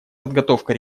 подготовка